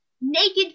naked